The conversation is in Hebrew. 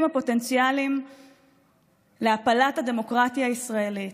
הפוטנציאליים להפלת הדמוקרטיה הישראלית.